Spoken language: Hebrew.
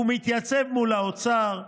והוא מתייצב מול האוצר?